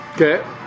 Okay